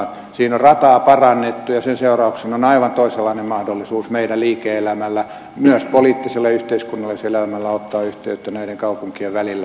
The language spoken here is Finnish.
siinä on rataa parannettu ja sen seurauksena on aivan toisenlainen mahdollisuus meidän liike elämällä myös poliittisella ja yhteiskunnallisella elämällä ottaa yhteyttä näiden kaupunkien välillä